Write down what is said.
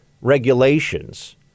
regulations